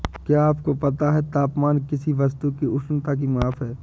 क्या आपको पता है तापमान किसी वस्तु की उष्णता की माप है?